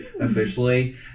officially